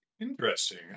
Interesting